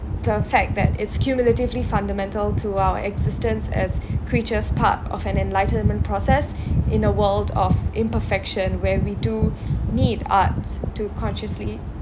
the fact that it's cumulatively fundamental to our existence as creatures part of an enlightenment process in a world of imperfection where we do need arts to consciously